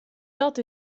dat